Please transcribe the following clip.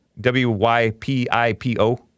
W-Y-P-I-P-O